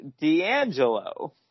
D'Angelo